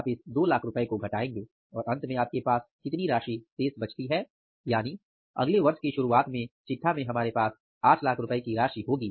आप इस 200000 रुपये को घटाएंगे और अंत में आपके पास कितनी राशि शेष बचती हैं यानि अगले वर्ष की शुरुआत में चिटठा बैलेंस शीट में हमारे पास 800000 रुपये की राशि होगी